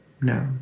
No